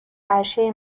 عرشه